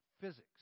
physics